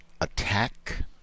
attack